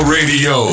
Radio